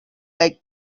like